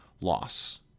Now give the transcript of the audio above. loss